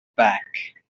back